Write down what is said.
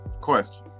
question